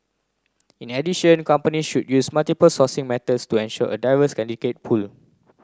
in addition companies should use multiple sourcing methods to ensure a diverse candidate pool